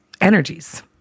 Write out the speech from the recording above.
energies